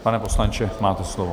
Pane poslanče, máte slovo.